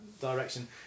direction